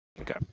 Okay